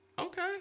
Okay